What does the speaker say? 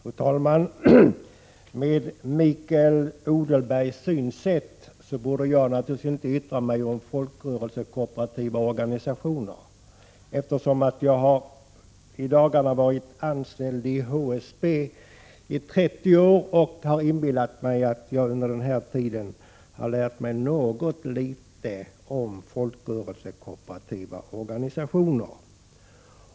Fru talman! Enligt Mikael Odenbergs synsätt borde jag naturligtvis inte yttra mig om folkrörelsekooperativa organisationer — jag har i dagarna varit anställd i HSB i 30 år och jag inbillar mig att jag under den tiden lärt mig något litet om folkrörelsekooperativa organisationer.